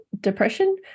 depression